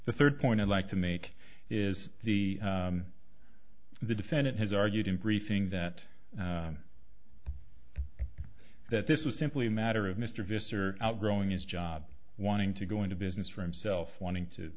the third point i'd like to make is the the defendant has argued in briefing that that this was simply a matter of mr visser outgrowing his job wanting to go into business for himself wanting to